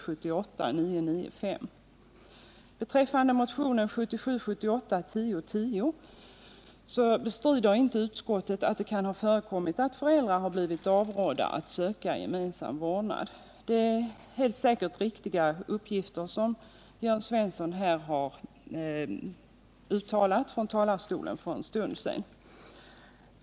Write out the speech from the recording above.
Beträffande motionen 1977/78:1010 bestrider inte utskottet att det kan ha förekommit att föräldrar blivit avrådda att söka gemensam vårdnad. Det är helt säkert riktiga uppgifter som Jörn Svensson uttalat här ifrån talarstolen för en stund sedan.